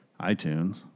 iTunes